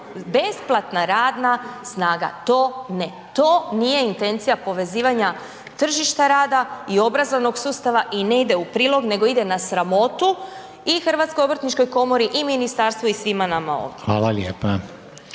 besplatna radna snaga. To ne. To nije intencija povezivanja tržišta rada i obrazovnog sustava i ne ide u prilog nego ide na sramota i HOK-u i ministarstvu i svima nama ovdje. **Reiner,